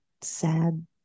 sad